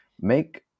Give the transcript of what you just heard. make